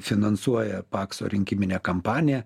finansuoja pakso rinkiminę kampaniją